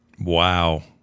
Wow